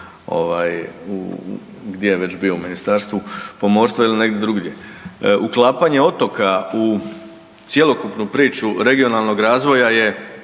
gdje je već bio u Ministarstvu pomorstva ili negdje drugdje. Uklapanje otoka u cjelokupnu priču regionalnog razvoja je